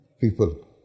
people